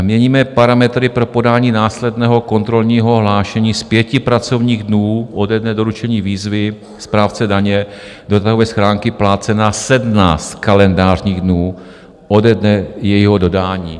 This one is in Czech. Měníme parametry pro podání následného kontrolního hlášení z 5 pracovních dnů ode dne doručení výzvy správce daně do datové schránky plátce na 17 kalendářních dnů ode dne jejího dodání.